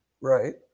Right